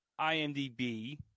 IMDb